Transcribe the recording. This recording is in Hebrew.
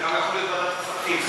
וזה גם יכול להיות ועדת הכספים.